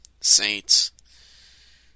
Saints